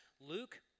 Luke